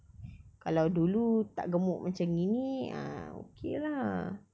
kalau dulu tak gemuk macam gini ah okay lah